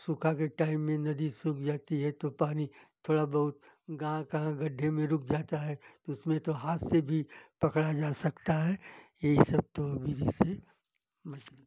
सूखे के टाइम में नदी सूख जाती है तो पानी थोड़ा बहुत गहाँ कहाँ गड्ढे में रुक जाता है तो उसमें तो हाथ से भी पकड़ा जा सकता है यही सब तो विधि से मछली पकड़